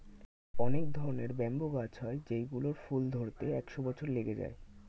অনেক ধরনের ব্যাম্বু গাছ হয় যেই গুলোর ফুল ধরতে একশো বছর লেগে যায়